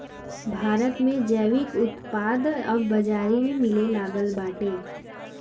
भारत में जैविक उत्पाद अब बाजारी में मिलेलागल बाटे